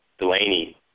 Delaney